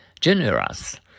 Generous